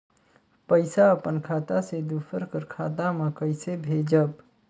पइसा अपन खाता से दूसर कर खाता म कइसे भेजब?